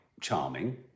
charming